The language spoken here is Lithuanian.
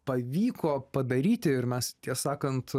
pavyko padaryti ir mes tiesą sakant